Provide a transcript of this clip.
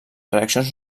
reaccions